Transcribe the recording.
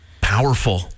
powerful